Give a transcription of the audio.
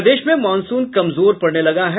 प्रदेश में मॉनसून कमजोर पड़ने लगा है